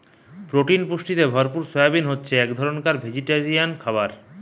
protein পুষ্টিতে ভরপুর soybean হতিছে এক ধরণকার ভেজিটেরিয়ান খাবার